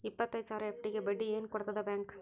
ಇಪ್ಪತ್ತೈದು ಸಾವಿರ ಎಫ್.ಡಿ ಗೆ ಬಡ್ಡಿ ಏನ ಕೊಡತದ ಬ್ಯಾಂಕ್?